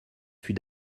fut